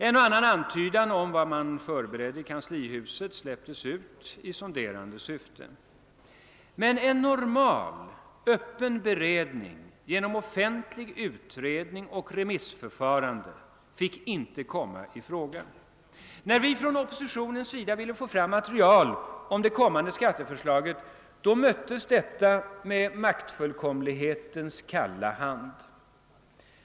En och annan antydan om vad man förberedde i kanslihuset släpptes ut i sonderande syfte, men en normal, öppen beredning genom offentlig utredning och ett remissförfarande fick inte komma i fråga. När vi från oppositionens sida ville få fram material om det kommande skatteförslaget, möttes detta med maktfullkomlighetens kalla hand.